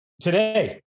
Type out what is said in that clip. today